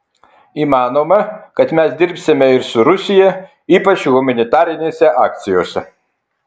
įmanoma kad mes dirbsime ir su rusija ypač humanitarinėse akcijose